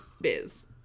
biz